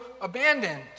abandoned